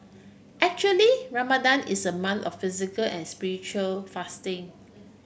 actually Ramadan is a month of physical and spiritual fasting